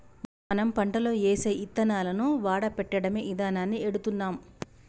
మనం పంటలో ఏసే యిత్తనాలను వాడపెట్టడమే ఇదానాన్ని ఎడుతున్నాం